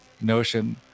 notion